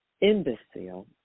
imbecile